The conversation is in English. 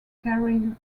carried